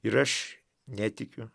ir aš netikiu